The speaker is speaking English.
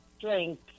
drink